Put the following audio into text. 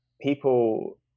people